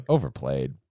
Overplayed